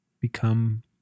become